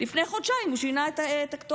לפני חודשיים הוא שינה את הכתובת.